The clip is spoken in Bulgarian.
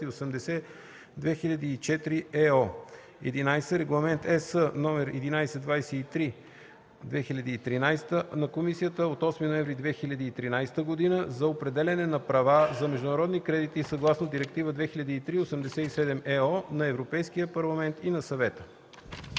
№ 280/2004/ЕО. 11. Регламент (ЕС) № 1123/2013 на Комисията от 8 ноември 2013 година за определяне на права за международни кредити съгласно Директива 2003/87/ЕО на Европейския парламент и на Съвета.”